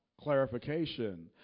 clarification